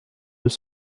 deux